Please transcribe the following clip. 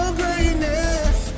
greatness